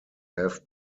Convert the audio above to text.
have